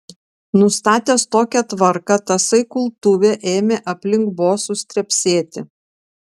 nustatęs tokią tvarką tasai kultuvė ėmė aplink bosus trepsėti